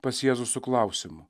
pas jėzų su klausimu